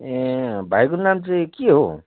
ए भाइको नाम चाहिँ के हौ